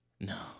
No